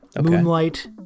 moonlight